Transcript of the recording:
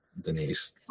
Denise